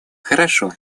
хорошо